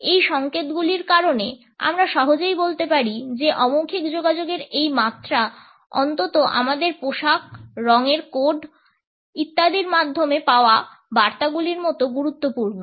এই সংকেতগুলির কারণে আমরা সহজেই বলতে পারি যে অমৌখিক যোগাযোগের এই মাত্রা অন্তত আমাদের পোশাক রঙের কোড ইত্যাদির মাধ্যমে পাওয়া বার্তাগুলির মতো গুরুত্বপূর্ণ